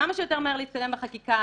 כמה שיותר מהר להתקדם בחקיקה,